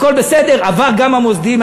הכול בסדר, עבר גם המוסדיים.